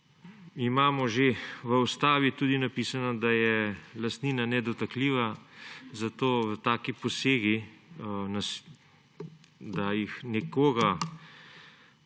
Imamo že v Ustavi tudi napisano, da je lastnina nedotakljiva, zato taki posegi, da nekoga